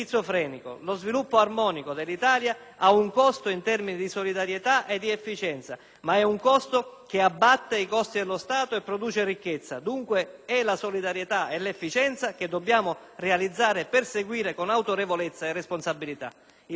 ha un costo in termini di solidarietà e di efficienza, ma è un costo che abbatte i costi dello Stato e produce ricchezza. Dunque, è la solidarietà e l'efficienza che dobbiamo realizzare e perseguire con autorevolezza e responsabilità. Concludo chiedendo